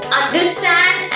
understand